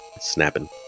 snapping